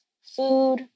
food